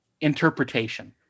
interpretation